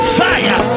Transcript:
fire